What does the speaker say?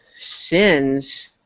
sins